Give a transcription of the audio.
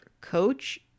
coach